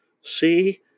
See